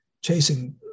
chasing